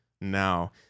now